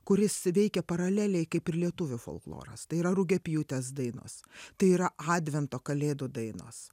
kuris veikia paraleliai kaip ir lietuvių folkloras tai yra rugiapjūtės dainos tai yra advento kalėdų dainos